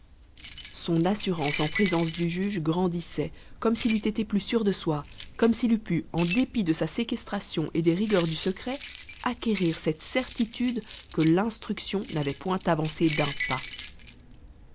son assurance en présence du juge grandissait comme s'il eût été plus sûr de soi comme s'il eût pu en dépit de sa séquestration et des rigueurs du secret acquérir cette certitude que l'instruction n'avait point avancé d'un pas